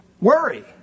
Worry